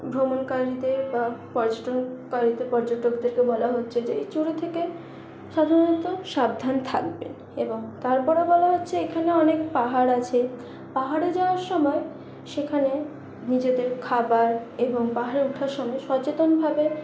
ভ্রমণকারীদের বা পর্যটনকারীদের পর্যটকদের বলা হচ্ছে যে এই চুরি থেকে সাধারণত সাবধান থাকবেন এবং তারপরে বলা হচ্ছে এখানে অনেক পাহাড় আছে পাহাড়ে যাওয়ার সময়ে সেখানে নিজেদের খাবার এবং পাহাড়ে ওঠার সময়ে সচেতনভাবে